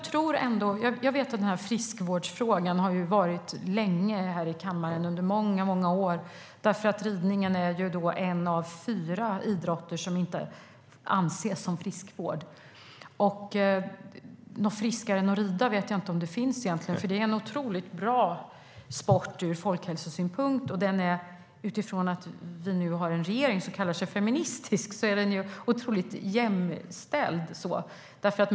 Fru talman! Friskvårdsfrågan har diskuterats i den här kammaren under många år, och ridningen är en av fyra idrotter som inte anses vara friskvård. Något friskare än att rida vet jag inte om det finns, för det är en otroligt bra sport ur folkhälsosynpunkt. Den är också otroligt jämställd, vilket ju passar bra när vi nu har en regering som kallar sig feministisk.